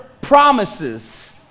promises